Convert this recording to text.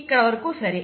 ఇక్కడి వరకు సరే